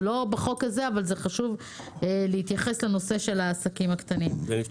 זה לא בחוק הזה אבל זה חשוב להתייחס לנושא של העסקים הקטנים.